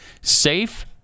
Safe